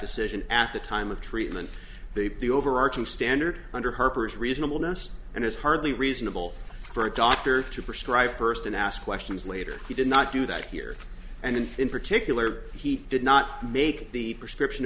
decision at the time of treatment the overarching standard under harper is reasonable notice and it's hardly reasonable for a doctor to prescribe first and ask questions later he did not do that here and in particular he did not make the prescription